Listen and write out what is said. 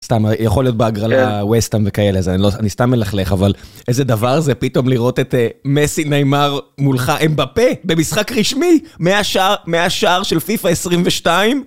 סתם, יכול להיות בהגרלה ווסטהאם וכאלה, אני סתם מלכלך, אבל איזה דבר זה פתאום לראות את מסי, ניימאר מולך. אמבפה! במשחק רשמי מהשער של פיפ״א 22?